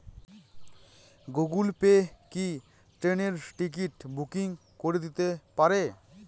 Google Pay কি ট্রেনের ticket booking করে দিতে পারে?